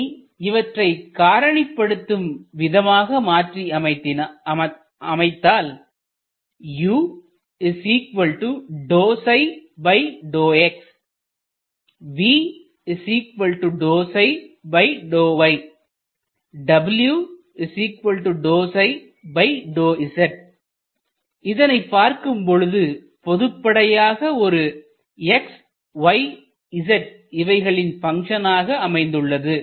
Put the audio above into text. இது இவற்றை காரணி படுத்தும் விதமாக மாற்றி அமைத்தால் இதனைப் பார்க்கும் பொழுது பொதுப்படையாக ஒரு xyz இவைகளின் பங்க்ஷன் ஆக அமைந்துள்ளது